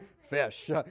fish